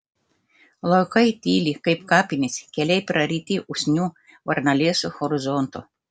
laukai tyli kaip kapinės keliai praryti usnių varnalėšų horizonto